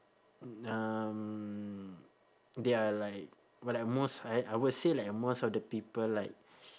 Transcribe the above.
um they are like what I most I I would say like most of the people like